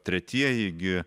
tretieji gi